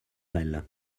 elle